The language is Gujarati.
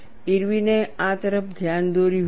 ઇરવિને આ તરફ ધ્યાન દોર્યું હતું